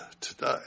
today